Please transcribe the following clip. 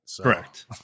Correct